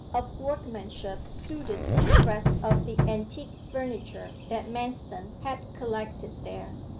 of workmanship suited to the rest of the antique furniture that manston had collected there,